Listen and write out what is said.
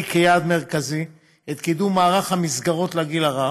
כיעד מרכזי את קידום מערך המסגרות לגיל הרך,